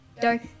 dark